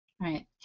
Right